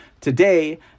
Today